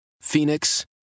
Phoenix